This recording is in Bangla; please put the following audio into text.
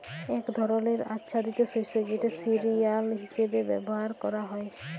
এক ধরলের আচ্ছাদিত শস্য যেটা সিরিয়াল হিসেবে ব্যবহার ক্যরা হ্যয়